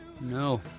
No